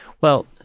Well-